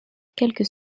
quelque